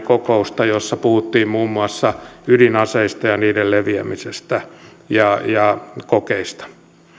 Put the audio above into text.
kokousta jossa puhuttiin muun muassa ydinaseista ja niiden leviämisestä ja ja ydinkokeista